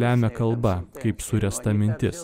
lemia kalba kaip suręsta mintis